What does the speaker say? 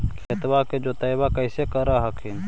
खेतबा के जोतय्बा कैसे कर हखिन?